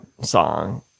song